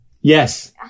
Yes